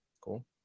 Cool